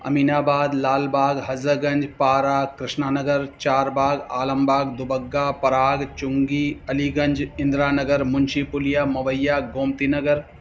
Aminabad Lalbagh Hazratganj Para Krishna Nagar Charbagh Alambagh Dubagga Parag Chungi Aliganj Indira Nagar Munshi Puliya Mowaiya Gomti Nagar